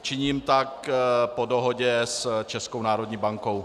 Činím tak po dohodě s Českou národní bankou.